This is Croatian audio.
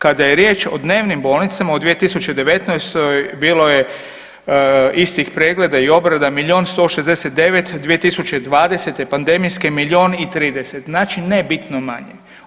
Kada je riječ o dnevnim bolnicama u 2019. bilo je istih pregleda i obrada milijun 169, 2020. pandemijske milijun i 30, znači ne bitno manje.